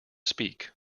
speak